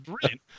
brilliant